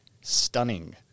stunning